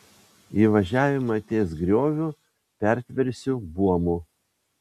įvažiavimą ties grioviu pertversiu buomu